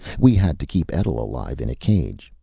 we had to keep etl alive in a cage.